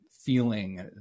feeling